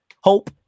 Hope